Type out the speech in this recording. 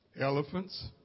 Elephants